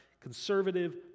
conservative